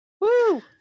Woo